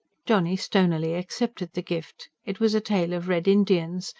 johnny stonily accepted the gift it was a tale of red indians,